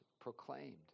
proclaimed